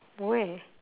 where